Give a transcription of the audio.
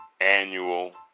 annual